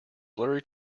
blurry